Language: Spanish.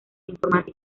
informática